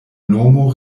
nomo